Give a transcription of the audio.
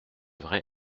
vraie